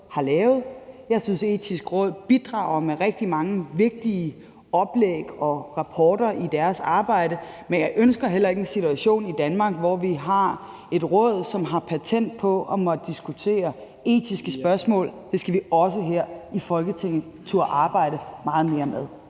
har lavet. Jeg synes, Det Etiske Råd bidrager med rigtig mange vigtige oplæg og rapporter i deres arbejde, men jeg ønsker heller ikke en situation i Danmark, hvor vi har et råd, som har patent på at måtte diskutere etiske spørgsmål. Det skal vi også her i Folketinget turde arbejde meget mere med.